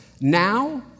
now